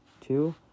two